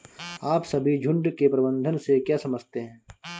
आप सभी झुंड के प्रबंधन से क्या समझते हैं?